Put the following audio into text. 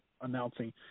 announcing